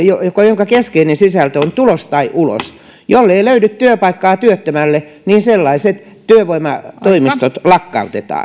jonka keskeinen sisältö on tulos tai ulos jollei löydy työpaikkaa työttömälle niin sellaiset työvoimatoimistot lakkautetaan